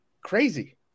Crazy